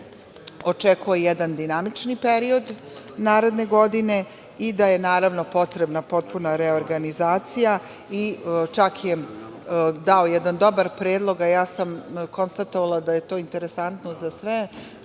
očekuje jedan dinamični period naredne godine i potrebna je potpuna reorganizacija, čak je dao jedan dobar predlog, a ja sam konstatovala da je to interesantno za sve